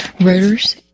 rotors